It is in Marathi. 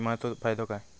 विमाचो फायदो काय?